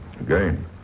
Again